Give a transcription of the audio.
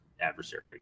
adversary